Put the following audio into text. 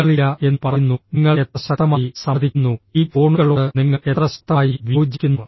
നിങ്ങൾ ഇല്ല എന്ന് പറയുന്നു നിങ്ങൾ എത്ര ശക്തമായി സമ്മതിക്കുന്നു ഈ ഫോണുകളോട് നിങ്ങൾ എത്ര ശക്തമായി വിയോജിക്കുന്നു